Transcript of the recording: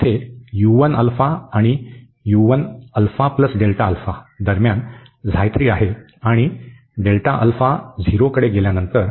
येथे आणि दरम्यान आहे आणि नंतर